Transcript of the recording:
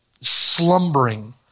slumbering